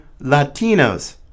Latinos